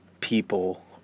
people